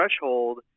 threshold